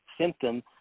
symptom –